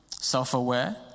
self-aware